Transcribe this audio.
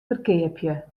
ferkeapje